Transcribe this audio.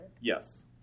Yes